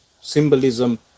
symbolism